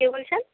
কে বলছেন